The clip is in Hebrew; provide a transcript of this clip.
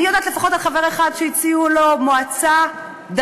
אני יודעת לפחות על חבר אחד שהציעו לו מועצה דתית.